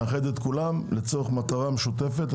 נאחד את כולם לצורך מטרה משותפת,